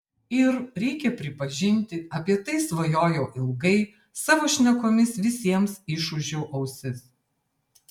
ir reikia pripažinti apie tai svajojau ilgai savo šnekomis visiems išūžiau ausis